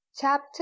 Chapter